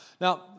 Now